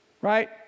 Right